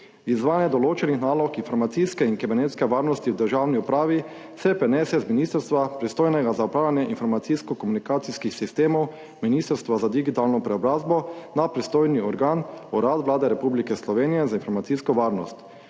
Izvajanje določenih nalog informacijske in kibernetske varnosti v državni upravi se prenese z ministrstva, pristojnega za upravljanje informacijsko-komunikacijskih sistemov, Ministrstva za digitalno preobrazbo, na pristojni organ Urad Vlade Republike Slovenije za informacijsko varnost.